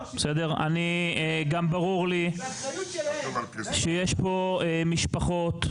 גם ברור לי שיש פה משפחות,